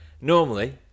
normally